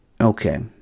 okay